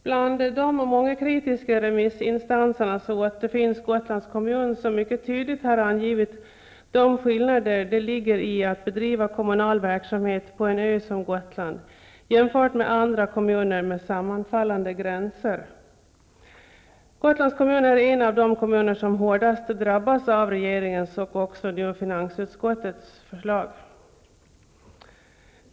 Bland de många kritiska remissinstanserna återfinns Gotlands kommun, som mycket tydligt angivit de skillnader som ligger i att bedriva kommunal verksamhet på en ö som Gotland jämfört med andra kommuner med sammanfallande gränser. Gotlands kommun är en av de kommuner som hårdast drabbas av regeringens och nu också finansutskottets förslag.